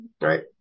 right